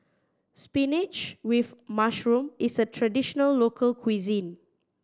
spinach with mushroom is a traditional local cuisine